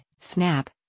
SNAP